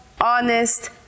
honest